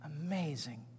amazing